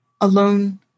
alone